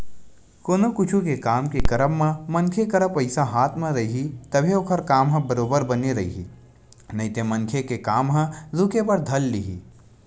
कोनो कुछु के काम के करब म मनखे करा पइसा हाथ म रइही तभे ओखर काम ह बरोबर बने रइही नइते मनखे के काम ह रुके बर धर लिही